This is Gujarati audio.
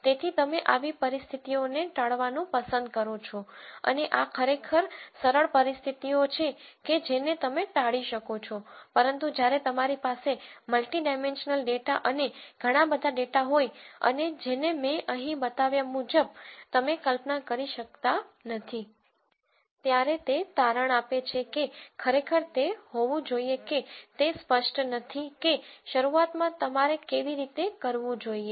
તેથી તમે આવી પરિસ્થિતિઓને ટાળવાનું પસંદ કરો છો અને આ ખરેખર સરળ પરિસ્થિતિઓ છે કે જેને તમે ટાળી શકો છો પરંતુ જ્યારે તમારી પાસે મલ્ટી ડાઈમેન્સનલ ડેટા અને ઘણાં બધા ડેટા હોય અને જેને મેં અહીં બતાવ્યા મુજબ તમે કલ્પના કરી શકતા નથી ત્યારે તે તારણ આપે છે કે ખરેખર તે જોવું જોઈએ કે તે સ્પષ્ટ નથી કે શરૂઆતમાં તમારે કેવી રીતે કરવું જોઈએ